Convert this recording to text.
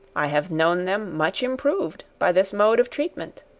i have known them much improved by this mode of treatment.